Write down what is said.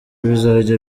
bizajya